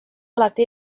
alati